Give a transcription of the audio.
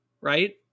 right